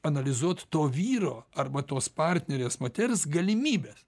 analizuot to vyro arba tos partnerės moters galimybes